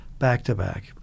Back-to-back